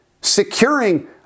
securing